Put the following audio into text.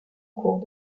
cours